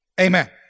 Amen